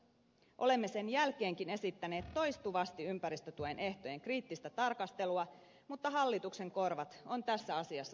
olemme sen jälkeenkin esittäneet toistuvasti ympäristötuen ehtojen kriittistä tarkastelua mutta hallituksen korvat on tässä asiassa suunnattu muualle